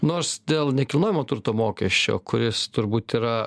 nors dėl nekilnojamo turto mokesčio kuris turbūt yra